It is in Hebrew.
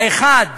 האחד,